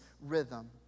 rhythm